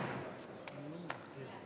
היושב-ראש,